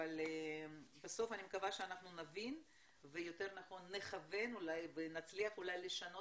אבל בסוף אני מקווה שאנחנו נבין ויותר נכון נכוון ונצליח אולי לשנות